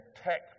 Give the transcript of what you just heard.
tech